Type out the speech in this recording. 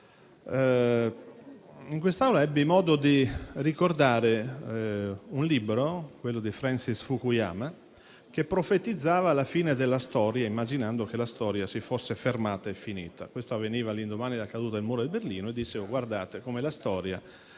in quest'Aula ebbi modo di ricordare un libro, quello di Francis Fukuyama, che profetizzava la fine della storia immaginando che la storia si fosse fermata e finita, all'indomani della caduta del muro di Berlino. In quell'occasione